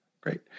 great